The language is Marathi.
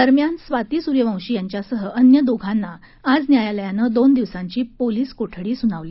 दरम्यान स्वाती सूर्यवशी यांच्यासह अन्य दोघांना आज न्यायालयाने दोन दिवसांची पोलिस कोठडी सुनावली